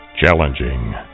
Challenging